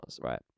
right